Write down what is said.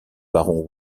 baron